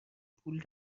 پول